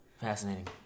Fascinating